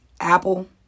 Apple